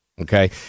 Okay